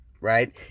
right